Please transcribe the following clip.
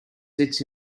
sits